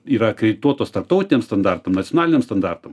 yra akredituotos tarptautiniam standartam nacionaliniam standartam